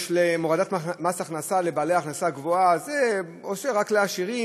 הורדת מס הכנסה לבעלי הכנסה גבוהה זה עוזר רק לעשירים,